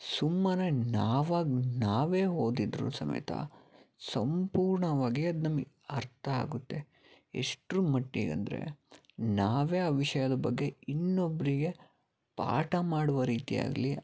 ಸುಮ್ಮನೆ ನಾವಾಗಿ ನಾವೇ ಓದಿದರೂ ಸಮೇತ ಸಂಪೂರ್ಣವಾಗಿ ಅದು ನಮಗೆ ಅರ್ಥ ಆಗುತ್ತೆ ಎಷ್ಟರ ಮಟ್ಟಿಗೆಂದ್ರೆ ನಾವೇ ಆ ವಿಷಯದ ಬಗ್ಗೆ ಇನ್ನೊಬ್ರಿಗೆ ಪಾಠ ಮಾಡುವ ರೀತಿ ಆಗಲಿ